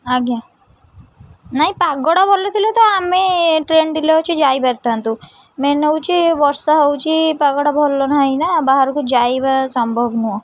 ଆଜ୍ଞା ନାଇଁ ପାଗଟା ଭଲ ଥିଲେ ତ ଆମେ ଟ୍ରେନ୍ ଡିଲେ ଅଛି ଯାଇପାରିଥାନ୍ତୁ ମେନ୍ ହେଉଛି ବର୍ଷା ହେଉଛି ପାଗଡ଼ା ଭଲ ନାହିଁ ନା ବାହାରକୁ ଯାଇବା ସମ୍ଭବ ନୁହଁ